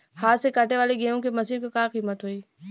हाथ से कांटेवाली गेहूँ के मशीन क का कीमत होई?